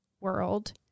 world